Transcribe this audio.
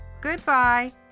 Goodbye